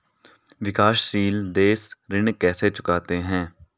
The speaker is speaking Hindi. विकाशसील देश ऋण कैसे चुकाते हैं?